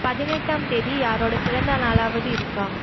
பதினெட்டாம் தேதி யாரோட பிறந்த நாளாவது இருக்கா